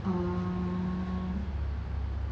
um